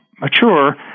mature